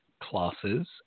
classes